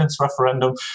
referendum